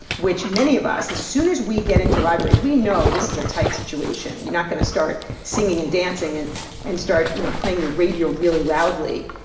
which many of us, as soon as we get into libraries, we know this is a tight situation. you're not going to start singing and dancing and and start, you know, playing your radio really loudly.